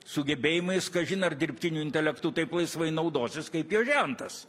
sugebėjimais kažin ar dirbtiniu intelektu taip laisvai naudosis kaip jo žentas